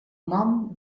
nom